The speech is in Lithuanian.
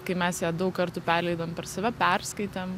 kai mes ją daug kartų perleidom per save perskaitėm